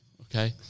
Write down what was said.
Okay